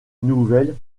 nouvelle